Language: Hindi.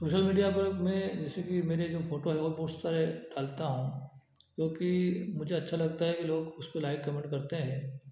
सोशल मीडिया पर में जैसे कि मेरी जो फोटो है वो पोस्टें डालता हूँ क्योंकि मुझे अच्छा लगता है कि लोग उसको लाइक कमेंट करते हैं